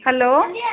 hello